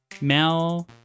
Mel